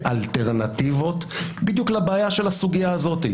באלטרנטיבות בדיוק לבעיה של הסוגייה הזאת,